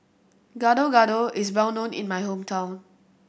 Gado Gado is well known in my hometown